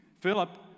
Philip